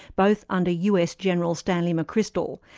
both under us general stanley mcchrystal.